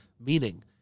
Meaning